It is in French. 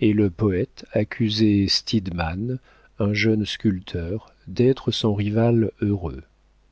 et le poëte accusait stidmann un jeune sculpteur d'être son rival heureux